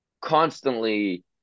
constantly